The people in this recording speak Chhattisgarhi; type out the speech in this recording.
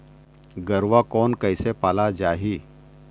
गरवा कोन कइसे पाला जाही?